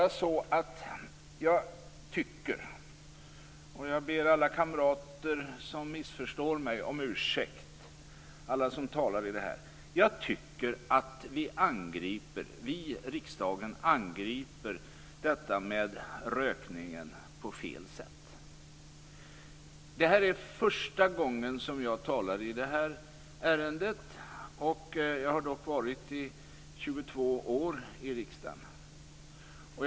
Jag ber alla kamrater som missförstår mig om ursäkt. Men jag tycker att vi i riksdagen angriper rökningen på fel sätt. Detta är första gången jag talar i det här ärendet. Jag har varit i riksdagen i 22 år.